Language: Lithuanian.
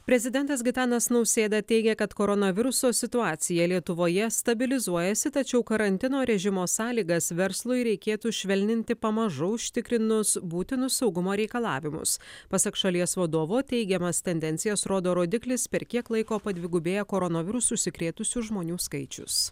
prezidentas gitanas nausėda teigė kad koronaviruso situacija lietuvoje stabilizuojasi tačiau karantino režimo sąlygas verslui reikėtų švelninti pamažu užtikrinus būtinus saugumo reikalavimus pasak šalies vadovo teigiamas tendencijas rodo rodiklis per kiek laiko padvigubėja koronavirusu užsikrėtusių žmonių skaičius